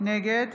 נגד